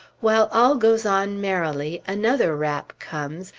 while all goes on merrily, another rap comes,